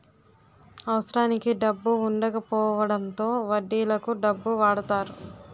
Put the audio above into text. అవసరానికి డబ్బు వుండకపోవడంతో వడ్డీలకు డబ్బు వాడతారు